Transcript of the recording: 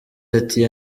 ati